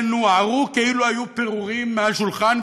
שנוערו כאילו היו פירורים מעל שולחן,